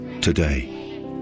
today